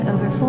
Over